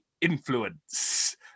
Influence